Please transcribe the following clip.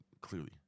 clearly